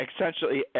essentially